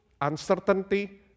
uncertainty